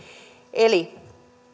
eli